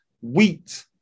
wheat